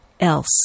else